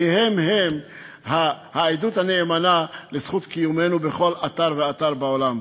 כי הם-הם העדות הנאמנה לזכות קיומנו בכל אתר ואתר בעולם.